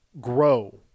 grow